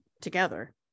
together